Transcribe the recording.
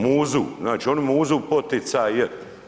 Muzu, znači oni muzu poticaje.